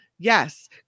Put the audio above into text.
Yes